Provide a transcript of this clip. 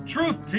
Truth